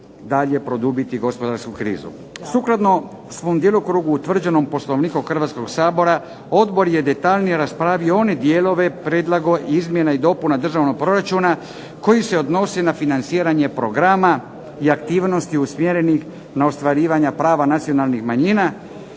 dalje produbiti gospodarsku krizu. Sukladno svom djelokrugu utvrđenom Poslovnikom Hrvatskog sabora odbor je detaljnije raspravio one dijelove izmjena i dopuna državnog proračuna koji se odnose na financiranje programa i aktivnosti usmjerenih na ostvarivanja prava nacionalnih manjina